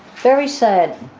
very sad,